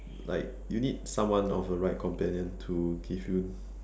like you need someone of a right companion to give you